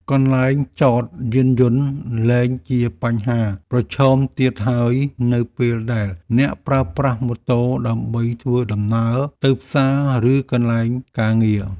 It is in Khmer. កន្លែងចតយានយន្តលែងជាបញ្ហាប្រឈមទៀតហើយនៅពេលដែលអ្នកប្រើប្រាស់ម៉ូតូដើម្បីធ្វើដំណើរទៅផ្សារឬកន្លែងការងារ។